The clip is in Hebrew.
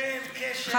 אין קשר בין,